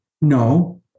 No